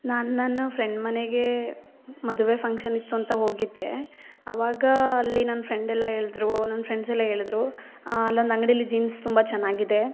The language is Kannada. ನಾನು ನನ್ನ ಫ್ರೆಂಡ್ ಮನೆಗೆ ಮದುವೆ ಫಂಕ್ಷನ್ ಇತ್ತುಂತ ಹೋಗಿದ್ದೆ ಆವಾಗ ಅಲ್ಲಿ ನನ್ನ ಫ್ರೆಂಡೆಲ್ಲ ಹೇಳಿದ್ರು ನನ್ನ ಫ್ರೆಂಡ್ಸೆಲ್ಲ ಹೇಳಿದ್ರು ಅಲ್ಲೊಂದು ಅಂಗಡಿಲ್ಲಿ ಜೀನ್ಸ್ ತುಂಬ ಚೆನ್ನಾಗಿದೆ